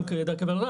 גם היעדר קווי הולכה,